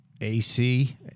AC